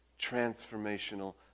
transformational